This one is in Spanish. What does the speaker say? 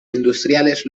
industriales